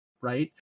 Right